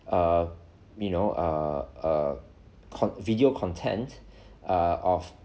err you know err err con~ video content err of